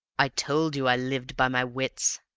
i told you i lived by my wits.